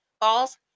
Balls